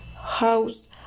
house